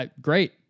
Great